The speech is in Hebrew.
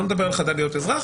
אני לא מדבר על חדל להיות אזרח.